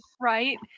Right